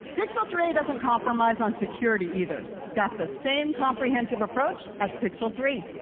pixel three a doesn't compromise on security either. it's got the same comprehensive approach as pixel three.